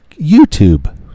YouTube